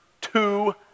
two